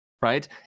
right